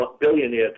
billionaire